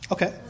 Okay